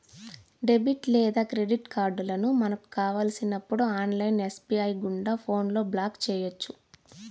debit లేదా credit కార్డులను మనకు కావలసినప్పుడు ఆన్లైన్ ఎస్.బి.ఐ గుండా ఫోన్లో బ్లాక్ చేయొచ్చు